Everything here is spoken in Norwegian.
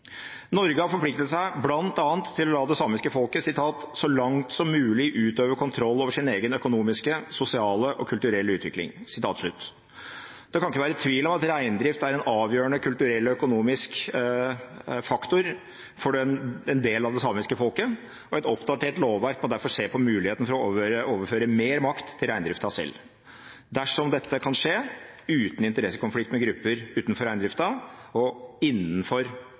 Norge har forpliktet seg bl.a. til å la det samiske folket så langt som mulig «utøve kontroll over sin egen økonomiske, sosiale og kulturelle utvikling». Det kan ikke være tvil om at reindrift er en avgjørende kulturell og økonomisk faktor for en del av det samiske folket, og et oppdatert lovverk må derfor se på muligheten for å overføre mer makt til reindriften selv, dersom dette kan skje uten interessekonflikt med grupper utenfor reindriften og innenfor